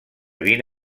vint